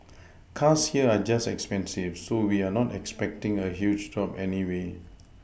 cars here are just expensive so we are not expecting a huge drop anyway